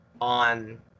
on